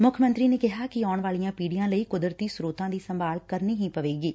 ਮੁੱਖ ਮੰਤਰੀ ਨੇ ਕਿਹਾ ਕਿ ਆਉਣ ਵਾਲੀਆਂ ਪੀਤੀਆਂ ਲਈ ਕੁਦਰਤੀ ਸਰੋਤਾਂ ਦੀ ਸੰਭਾਲ ਕਰਨੀ ਹੀ ਪਵੇਗੀ